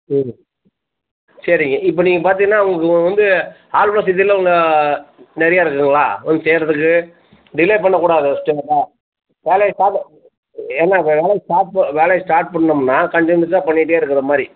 ம் சரிங்க இப்போ நீங்கள் பார்த்தீங்கன்னா உங்களுக்கு வந்து ஆள் வசதியெல்லாம் உங்கள் நிறையா இருக்குதுங்களா வந்து செய்கிறதுக்கு டிலே பண்ணக்கூடாது சரிங்களா வேலையை ஸ்டார்ட் ஏன்னால் வேலையை ஸ்டார்ட் பண் வேலையை ஸ்டார்ட் பண்ணோம்னால் கண்ட்டினியூஸாக பண்ணிகிட்டே இருக்கிற மாதிரி